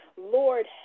Lord